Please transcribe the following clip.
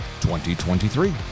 2023